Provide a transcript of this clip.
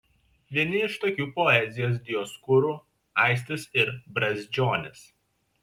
vieni iš tokių poezijos dioskūrų aistis ir brazdžionis